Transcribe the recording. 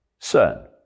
CERN